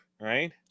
right